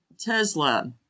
Tesla